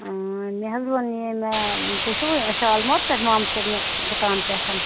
مےٚ حظ ووٚن ییٚمہِ تُہۍ چھُو شالمور پٮ۪ٹھ مام صٲبنہِ دُکان پٮ۪ٹھ